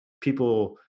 people